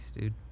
dude